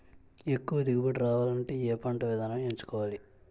ఎక్కువ దిగుబడి రావాలంటే ఏ పంట విధానం ఎంచుకోవాలి?